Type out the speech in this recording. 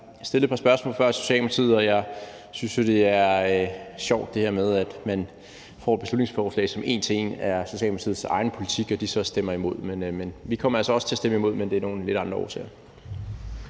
Jeg stillede et par spørgsmål før til Socialdemokratiet, og jeg synes jo, det er sjovt, altså det her med, at man får et beslutningsforslag, som en til en er Socialdemokratiets egen politik, og så stemmer de imod. Men vi kommer altså også til at stemme imod, men det er af nogle lidt andre årsager.